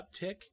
uptick